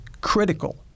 critical